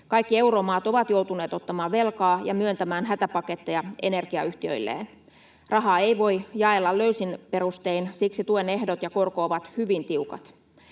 Kaikki euromaat ovat joutuneet ottamaan velkaa ja myöntämään hätäpaketteja energiayhtiöilleen. Rahaa ei voi jaella löysin perustein, siksi tuen ehdot ja korko ovat hyvin tiukat.